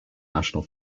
national